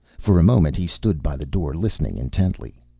for a moment he stood by the door listening intently.